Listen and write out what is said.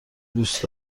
دوست